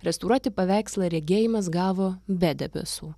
restauruoti paveikslą regėjimas gavo be debesų